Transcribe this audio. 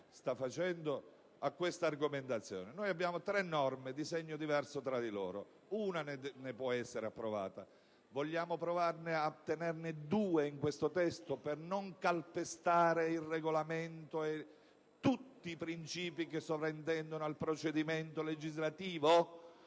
sta facendo - a questa argomentazione. Abbiamo tre norme di segno diverso tra di loro, di cui una può essere approvata. Vogliamo provare a tenerne due, in questo testo, per non calpestare il Regolamento e tutti i principi che sovrintendono al procedimento legislativo?